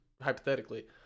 hypothetically